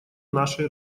нашей